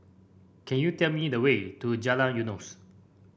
can you tell me the way to Jalan Eunos